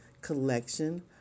collection